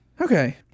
Okay